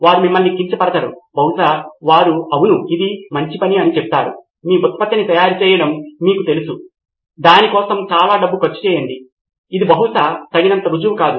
వారు మిమ్మల్ని కించ పరచరు వారు బహుశా అవును ఇది మంచి పని అని చెప్తారు మీ ఉత్పత్తిని తయారు చేయడం మీకు తెలుసు దాని కోసం చాలా డబ్బు ఖర్చు చేయండి అది బహుశా తగినంత రుజువు కాదు